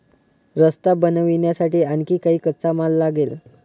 रस्ता बनवण्यासाठी आणखी काही कच्चा माल लागेल